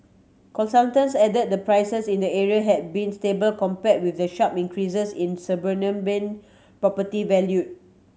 consultants added the prices in the area had been stable compared with the sharp increases in suburban property value